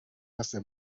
hace